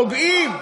פוגעים,